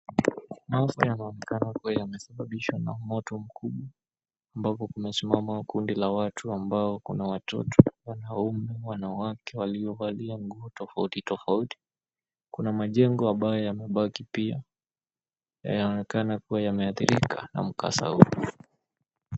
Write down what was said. Maafa yanaonekana kuwa yamesababishwa na moto mkubwa. Ambapo kumesimama kundi la watu, ambao kuna watoto, wanaume, wanawake waliovalia nguo tofauti tofauti. Kuna majengo ambayo yamebaki pia, yanaonekana kuwa yameathirika na mkasa huu.